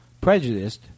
prejudiced